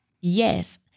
Yes